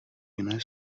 jiné